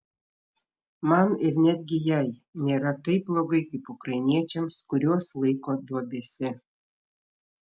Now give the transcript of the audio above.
man ir netgi jai nėra taip blogai kaip ukrainiečiams kuriuos laiko duobėse